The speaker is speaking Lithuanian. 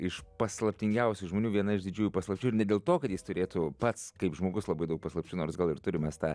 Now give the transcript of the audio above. iš paslaptingiausių žmonių viena iš didžiųjų paslapčių ir ne dėl to kad jis turėtų pats kaip žmogus labai daug paslapčių nors gal ir turi mes tą